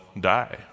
die